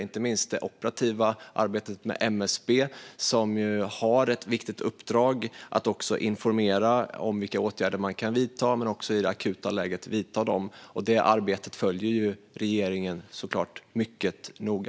Inte minst har vi det operativa arbetet inom MSB, som har ett viktigt uppdrag att informera om vilka åtgärder som kan vidtas men också att vidta dem i det akuta läget. Detta arbete följer regeringen mycket noga.